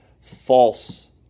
false